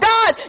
God